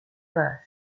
birth